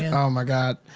yeah oh my god.